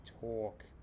talk